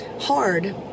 hard